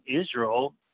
israel